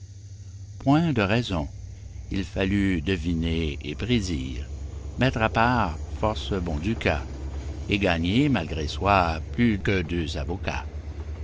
point de raisons fallut deviner et prédire mettre à part force bons ducats et gagner malgré soi plus que deux avocats